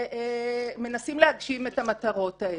והם מנסים להגשים את המטרות האלה.